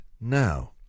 Now